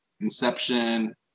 Inception